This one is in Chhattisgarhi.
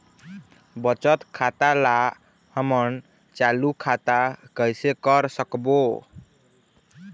बचत खाता ला हमन चालू खाता कइसे कर सकबो?